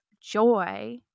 joy